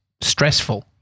stressful